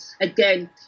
again